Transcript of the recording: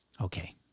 okay